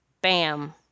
bam